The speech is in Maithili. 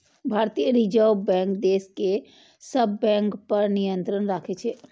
भारतीय रिजर्व बैंक देश के सब बैंक पर नियंत्रण राखै छै